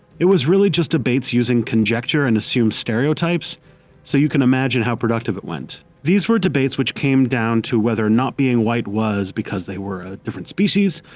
it was really just debates using conjecture and assumed stereotypes so you can imagine how productive it went. these were debates which came more down to whether not being white was because they were a different species,